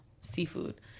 seafood